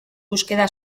búsqueda